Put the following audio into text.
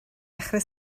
dechrau